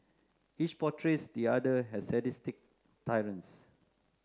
each portrays the other has sadistic tyrants